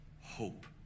hope